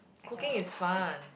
cooking is fun